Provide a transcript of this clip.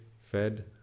fed